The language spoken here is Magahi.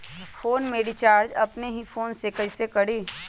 फ़ोन में रिचार्ज अपने ही फ़ोन से कईसे करी?